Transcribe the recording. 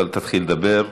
אבל תתחיל לדבר.